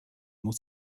muss